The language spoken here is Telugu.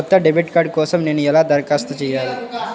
కొత్త డెబిట్ కార్డ్ కోసం నేను ఎలా దరఖాస్తు చేయాలి?